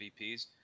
MVPs